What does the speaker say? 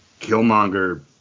Killmonger